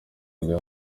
bwa